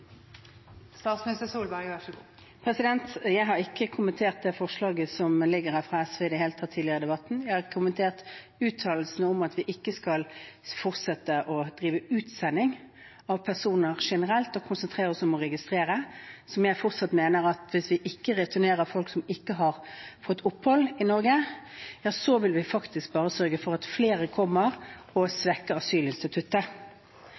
Jeg har ikke i det hele tatt tidligere i debatten kommentert forslaget som foreligger fra SV. Jeg har kommentert uttalelsen om at vi ikke skal fortsette å sende ut personer generelt og konsentrere oss om å registrere. Jeg mener fortsatt at hvis vi ikke returnerer folk som ikke har fått opphold i Norge, vil vi faktisk bare sørge for at flere kommer, og man svekker asylinstituttet.